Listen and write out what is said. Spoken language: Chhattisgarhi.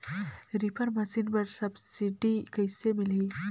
रीपर मशीन बर सब्सिडी कइसे मिलही?